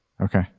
Okay